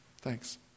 Thanks